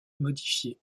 modifiée